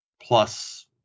plus